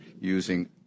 using